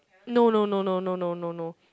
no no no no no no no no